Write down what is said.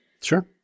Sure